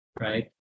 right